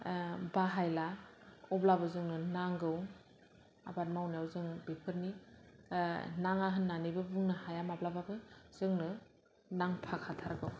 बाहायला अब्लाबो जोंनो नांगौ आबाद मावनायाव जों बेफोरनि नाङा होन्नानैबो बुंनो हाया माब्लाबाबो जोंनो नांफा खाथारगौ